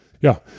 Ja